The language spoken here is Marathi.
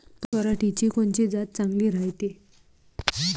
पऱ्हाटीची कोनची जात चांगली रायते?